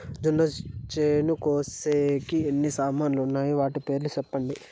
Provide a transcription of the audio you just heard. మొక్కచేను కోసేకి ఎన్ని సామాన్లు వున్నాయి? వాటి పేర్లు సెప్పండి?